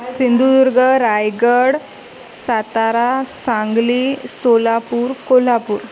Sindhudurg Raigad Satara Sangli Solapur Kolhapur